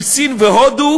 עם סין והודו,